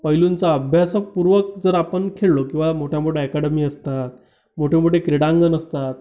पैलूंचा अभ्यासपूर्वक जर आपण खेळलो किंवा मोठ्या मोठ्या अकॅडमी असतात मोठे मोठे क्रीडांगण असतात